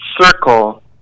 Circle